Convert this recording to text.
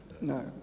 no